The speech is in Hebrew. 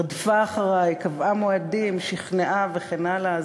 רדפה אחרי, קבעה מועדים, שכנעה וכן הלאה.